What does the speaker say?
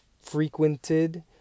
frequented